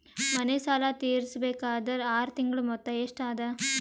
ಮನೆ ಸಾಲ ತೀರಸಬೇಕಾದರ್ ಆರ ತಿಂಗಳ ಮೊತ್ತ ಎಷ್ಟ ಅದ?